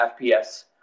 FPS